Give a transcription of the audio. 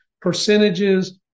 percentages